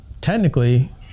technically